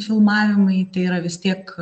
filmavimai tai yra vis tiek